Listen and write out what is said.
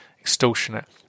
extortionate